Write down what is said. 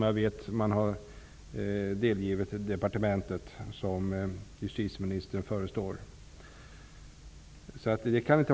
Jag vet att man delgivit departementet, som justitieministern förestår, dessa.